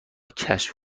کشف